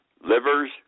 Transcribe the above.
livers